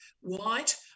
white